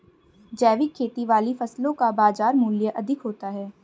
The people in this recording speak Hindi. जैविक खेती वाली फसलों का बाजार मूल्य अधिक होता है